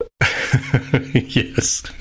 Yes